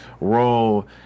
role